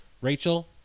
Rachel